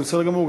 זה בסדר גמור.